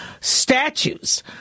statues